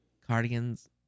Cardigans